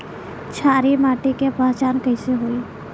क्षारीय माटी के पहचान कैसे होई?